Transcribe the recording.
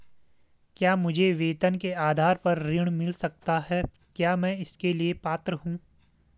क्या मुझे वेतन के आधार पर ऋण मिल सकता है क्या मैं इसके लिए पात्र हूँ?